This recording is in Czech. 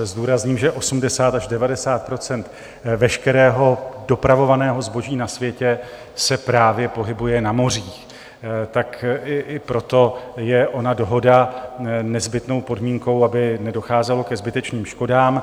Zdůrazním, že 80 až 90 % veškerého dopravovaného zboží na světě se právě pohybuje na mořích, tak i proto je ona dohoda nezbytnou podmínkou, aby nedocházelo ke zbytečným škodám.